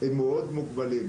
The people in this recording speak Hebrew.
הם מאוד מוגבלים.